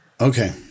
Okay